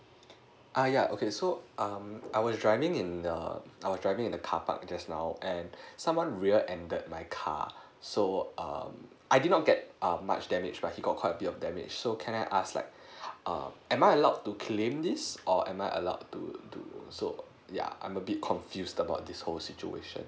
uh yeah okay so um I was driving in the I was driving in car park just now and someone rear ended my car so um I did not get err much damage but he got quite a bit of damage so can I ask like um am I allowed to claim this or am I allowed to do so yeah I'm a bit confuse about this whole situation